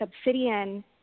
obsidian